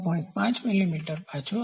5 મીમી પાછું આવે છે